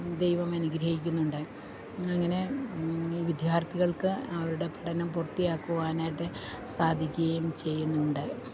ദൈവം അനുഗ്രഹിക്കുന്നുണ്ട് അങ്ങനെ വിദ്യാർത്ഥികൾക്ക് അവരുടെ പഠനം പൂർത്തിയാക്കുവാനായിട്ട് സാധിക്കുകയും ചെയ്യുന്നുണ്ട്